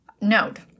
node